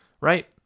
Right